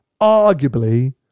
arguably